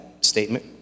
statement